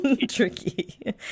tricky